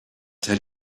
tell